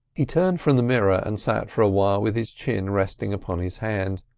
he turned from the mirror and sat for a while with his chin resting upon his hand,